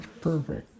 perfect